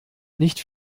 nicht